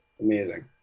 Amazing